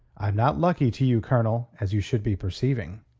i'm not lucky to you, colonel, as you should be perceiving.